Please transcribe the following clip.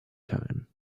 time